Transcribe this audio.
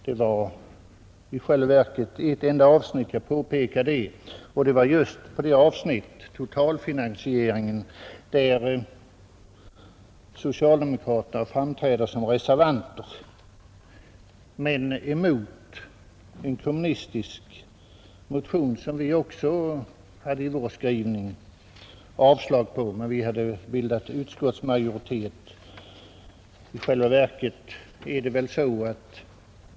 Det var i själva verket beträffande ett enda avsnitt som jag påpekade det, och det var just det avsnitt — totalfinansieringen — där socialdemokraterna framträder som reservanter och går emot en kommunistisk motion som vi också i vår skrivning yrkat avslag på. Vi har emellertid där bildat utskottsmajoritet.